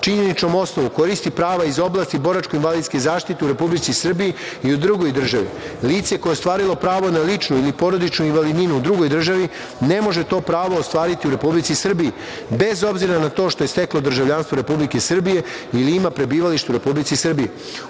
činjeničnom osnovu koristi prava iz oblasti boračko-invalidske zaštite u Republici Srbiji i u drugoj državi lice koje je ostvarilo pravo na ličnu ili porodičnu invalidninu u drugoj državi, ne može to pravo ostvariti u Republici Srbiji, bez obzira na to što je steklo državljanstvo Republike Srbije ili ima prebivalište u Republici Srbiji.U